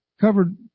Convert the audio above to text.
covered